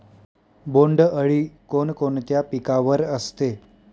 बोंडअळी कोणकोणत्या पिकावर असते?